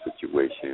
situation